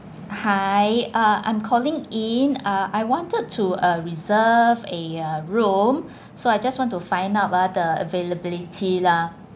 hi uh I'm calling in uh I wanted to uh reserve a uh room so I just want to find out ah the availability lah